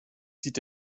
sieht